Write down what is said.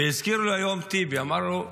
והזכיר לו היום טיבי, אמר לו: